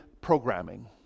programming